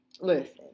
Listen